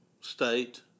state